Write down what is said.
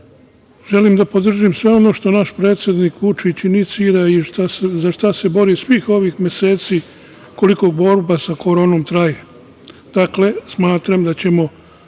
Želim da podržim sve ono što naš predsednik Vučić inicira i za šta se bori svih ovih meseci koliko borba sa koronom traje. Dakle, smatram da ćemo